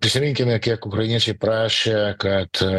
prisiminkime kiek ukrainiečiai prašė kad